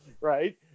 right